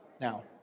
Now